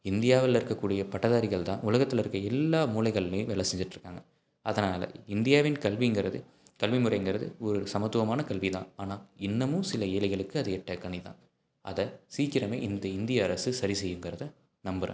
இந்தியாவில் இருக்கக்கூடிய பட்டதாரிகள்தான் உலகத்தில் இருக்க எல்லா மூலைகள்லேயும் வேலை செஞ்சுட்டு இருக்காங்க அதனால் இந்தியாவின் கல்விங்கிறது கல்வி முறைங்கிறது ஒரு சமத்துவமான கல்விதான் ஆனால் இன்னுமும் சில ஏழைகளுக்கு அது எட்டாக் கனிதான் அதை சீக்கிரம் இந்த இந்திய அரசு சரி செய்யும்ங்கிறத நம்புகிறேன்